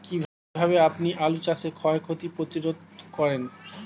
কীভাবে আপনি আলু চাষের ক্ষয় ক্ষতি প্রতিরোধ করেন?